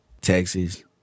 Texas